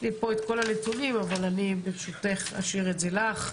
יש לי פה כל הנתונים, אבל ברשותך אשאיר את זה לך.